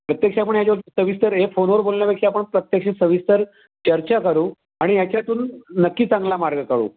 प्रत्यक्ष आपण ह्याच्यावरती सविस्तर हे फोनवर बोलण्यापेक्षा आपण प्रत्यक्ष सविस्तर चर्चा करू आणि ह्याच्यातून नक्की चांगला मार्ग काढू